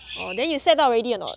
orh then you set up already or not